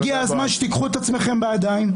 הגיע הזמן שתיקחו את עצמכם בידיים,